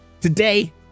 Today